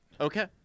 Okay